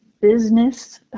business